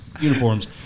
uniforms